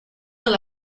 dans